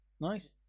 Nice